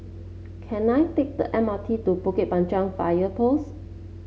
can I take the M R T to Bukit Panjang Fire Post